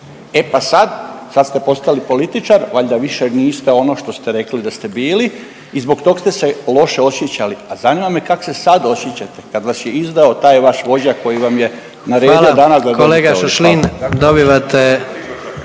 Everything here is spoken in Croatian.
E pa sad, sad ste postali političar valjda više niste ono što ste rekli da ste bili i zbog tog ste se loše osjećali, a zanima me kak se sad osjećate kad vas je izdao taj vaš vođa koji vam je naredio danas …/Upadica: